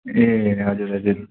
ए हजुर हजुर